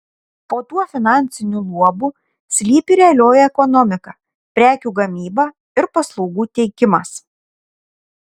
po tuo finansiniu luobu slypi realioji ekonomika prekių gamyba ir paslaugų teikimas